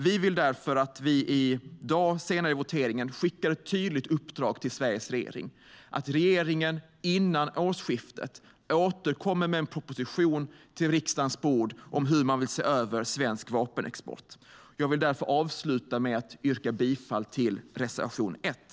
Vi vill därför att vi vid voteringen senare i dag skickar ett tydligt uppdrag till Sveriges regering att regeringen före årsskiftet återkommer med en proposition till riksdagens bord om hur man vill se över svensk vapenexport. Därför vill jag avsluta med att yrka bifall till reservation 1.